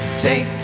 Take